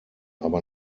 aber